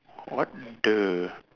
what the